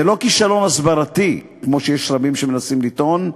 זה לא כישלון הסברתי כמו שיש רבים שמנסים לטעון,